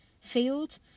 field